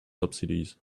subsidies